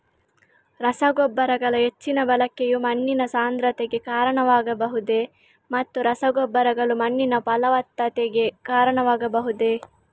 ರಸಗೊಬ್ಬರಗಳ ಹೆಚ್ಚಿನ ಬಳಕೆಯು ಮಣ್ಣಿನ ಸಾಂದ್ರತೆಗೆ ಕಾರಣವಾಗಬಹುದೇ ಮತ್ತು ರಸಗೊಬ್ಬರಗಳು ಮಣ್ಣಿನ ಫಲವತ್ತತೆಗೆ ಕಾರಣವಾಗಬಹುದೇ?